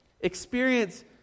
experience